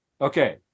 Okay